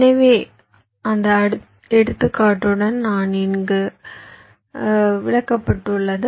எனவே அந்த எடுத்துக்காட்டுடன் நான் இப்போது இங்கே விளக்கப்பட்டுள்ளது